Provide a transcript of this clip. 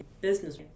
business